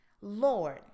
Lord